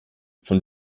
von